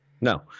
no